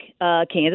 Kansas